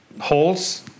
holes